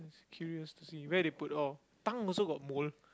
curious to see where they put all tongue also got mole